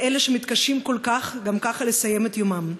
לאלה שמתקשים כל כך גם ככה לסיים את יומם.